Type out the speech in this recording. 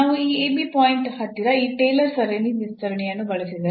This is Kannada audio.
ನಾವು ಈ ಪಾಯಿಂಟ್ ಹತ್ತಿರ ಈ ಟೇಲರ್ ಸರಣಿ ವಿಸ್ತರಣೆಯನ್ನು ಬಳಸಿದರೆ